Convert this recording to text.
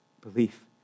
belief